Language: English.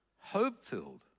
hope-filled